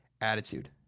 attitude